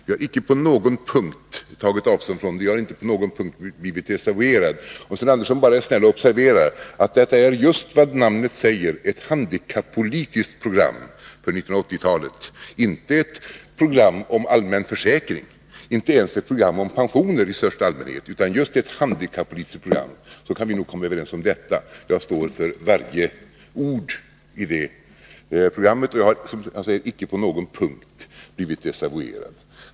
Jag har icke på någon punkt tagit avstånd från det, och jag har icke på någon punkt blivit desavouerad. Om Sten Andersson bara är snäll och observerar att detta är just vad namnet säger — ett handikappolitiskt program för 1980-talet — och inte ett program om allmän försäkring och inte ens ett program om pensioner i största allmänhet, så kan vi nog komma överens om detta. Jag står för varje ord i det programmet, och jag har som sagt icke på någon punkt blivit desavouerad.